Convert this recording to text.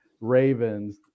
Ravens